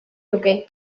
luke